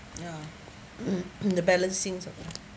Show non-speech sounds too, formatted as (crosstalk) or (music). ya (coughs) the balancing of time